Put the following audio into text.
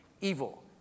Evil